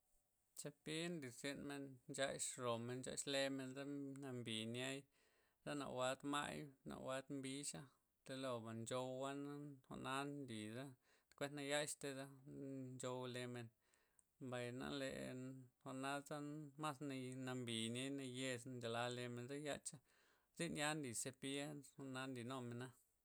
Zepi nlirzyn men nxax' romen, nxax lemen za nambi niay, za nawuad' may, nawuad mbixa' keloba' nchowua' na jwa'na nli kuen na yaxtey za nchou lemen mbay na lee jwa'na za mas ne- nambi niay nayez niay nchala lemen yacha, zyn ya nli zepi jwa'na nlin nomen na'